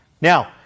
Now